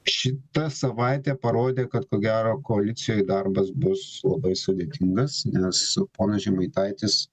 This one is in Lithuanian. šita savaitė parodė kad ko gero koalicijoj darbas bus labai sudėtingas nes ponas žemaitaitis